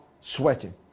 sweating